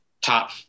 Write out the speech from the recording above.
top